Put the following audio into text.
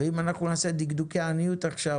אם אנחנו נעשה דקדוקי עניות עכשיו,